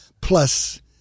plus